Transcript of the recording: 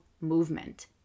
movement